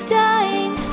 dying